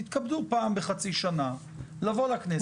תתכבדו פעם בחצי שנה לבוא לכנסת,